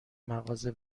مغازه